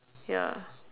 ya